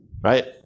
right